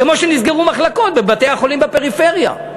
כמו שנסגרו מחלקות בבתי-החולים בפריפריה,